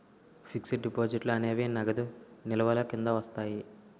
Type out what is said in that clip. fixed డిపాజిట్లు అనేవి నగదు నిల్వల కింద వస్తాయి